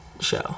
show